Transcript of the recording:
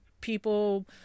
people